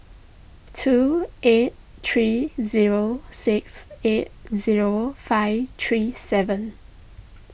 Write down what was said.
two eight three zero six eight zero five three seven